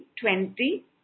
twenty